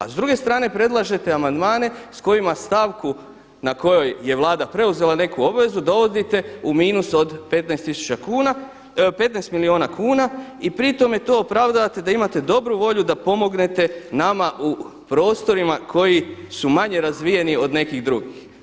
A s druge strane predlažete amandmane s kojima stavku na kojoj je Vlada preuzela neku obavezu dovodite u minus od 15 milijuna kuna i pri tome to opravdavate da imate dobru volju da pomognete nama u prostorima koji su manje razvijeni od nekih drugih.